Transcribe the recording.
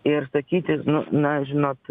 ir sakyti nu na žinot